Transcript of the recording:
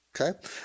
okay